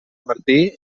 martí